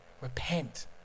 Repent